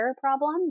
problem